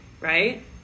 right